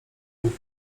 kółko